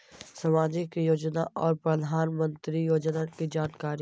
समाजिक योजना और प्रधानमंत्री योजना की जानकारी?